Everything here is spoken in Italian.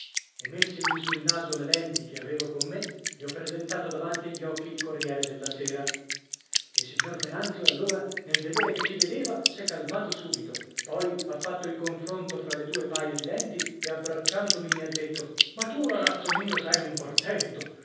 e messegli sul naso le lenti che avevo con me gli ho presentato davanti agli occhi il corriere della sera il signor venanzio allora nel vedere che ci vedeva s'è calmato subito poi ha fatto il confronto fra le due paia di lenti e abbracciandomi mi ha detto ma tu ragazzo mio sei un portento